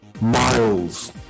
Miles